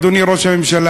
אדוני ראש הממשלה,